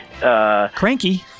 Cranky